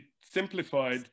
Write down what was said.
simplified